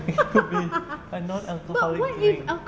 it could be a non-alcoholic drink